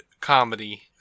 comedy